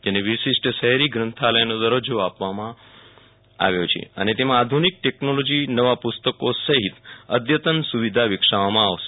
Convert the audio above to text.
જેને વિશિષ્ટ શહેરી ગ્રંથાલયનો દરજજો આપવામાં આવ્યો છે અને તેમાં આધુનિક ટેકનોલોજી નવા પુસ્તકો સહિત અઘતન સુવિધા વકિસાવાશે